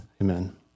Amen